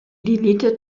deleted